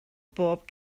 bob